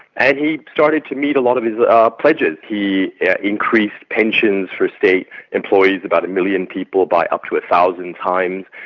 and he started to meet a lot of his ah ah pledges. he increased pensions for state employees about a million people by up to one thousand times.